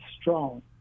strong